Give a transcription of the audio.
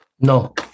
No